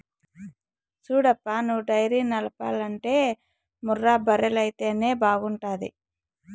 సూడప్పా నువ్వు డైరీ నడపాలంటే ముర్రా బర్రెలైతేనే బాగుంటాది